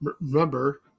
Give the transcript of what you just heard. remember